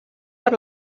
per